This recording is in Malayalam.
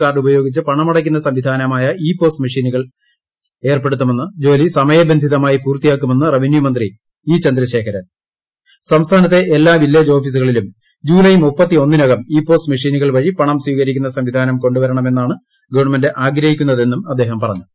കാർഡ് ഉപയോഗിച്ച് പണമടയ്ക്കുന്നു സംവിധാനമായ ഇപോസ് മെഷീനുകൾ ഏർപ്പെടുത്തുന്ന ജോലി സമയബന്ധിതമായി പൂർത്തിയാക്കുമെന്നു സംസ്ഥാനത്തെ എല്ലാ വില്ലേജ് ഓഫിസുകളിലും ജൂലായ് ദ്യനകം ഇപോസ് മെഷീനുകൾ വഴി പണം സ്വീകരിക്കുന്ന സംവിധാനം കൊണ്ടുവരണമെന്നാണ് ഗവൺമെന്റ് ആഗ്രഹിക്കുന്നത് എന്നും അദ്ദേഹം പറഞ്ഞു